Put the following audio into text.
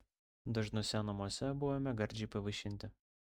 dažnuose namuose buvome gardžiai pavaišinti